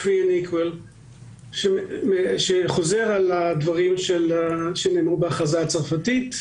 מה שחוזר על הדברים שנאמרו בהכרזה הצרפתית